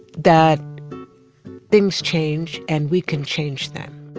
that things change, and we can change them